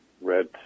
red